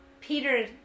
Peter